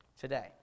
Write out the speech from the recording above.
today